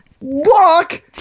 walk